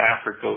Africa